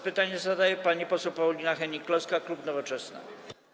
Pytanie zadaje pani poseł Paulina Hennig-Kloska, klub Nowoczesna.